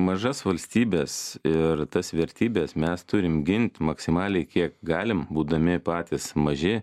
mažas valstybes ir tas vertybes mes turim gint maksimaliai kiek galim būdami patys maži